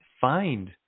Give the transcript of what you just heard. find